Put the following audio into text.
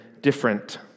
different